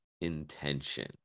intention